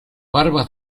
barbas